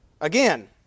Again